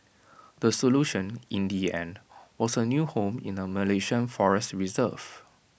the solution in the end was A new home in A Malaysian forest reserve